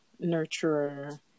nurturer